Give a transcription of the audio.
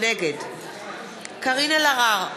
נגד קארין אלהרר,